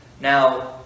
Now